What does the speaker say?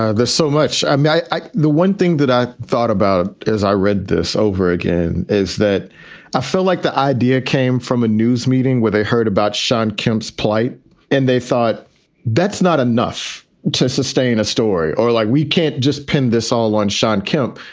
there's so much i mean, i i the one thing that i thought about as i read this over again is that i feel like the idea came from a news meeting where they heard about shawn kemp's plight and they thought that's not enough to sustain a story. or like, we can't just pin this all on shawn kemp.